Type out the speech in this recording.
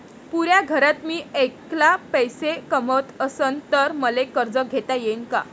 पुऱ्या घरात मी ऐकला पैसे कमवत असन तर मले कर्ज घेता येईन का?